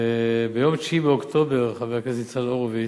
ביום 9 באוקטובר, חבר הכנסת ניצן הורוביץ,